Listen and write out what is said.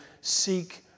seek